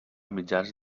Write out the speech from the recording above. mitjans